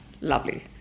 Lovely